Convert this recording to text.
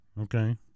Okay